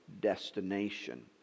destination